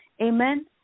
Amen